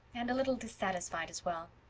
and a little dissatisfied as well.